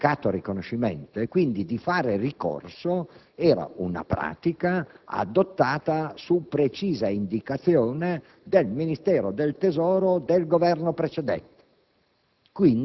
il mancato riconoscimento, e quindi di fare ricorso, era adottata su precisa indicazione del Ministero del tesoro del Governo precedente.